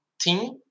team